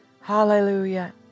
Hallelujah